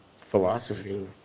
philosophy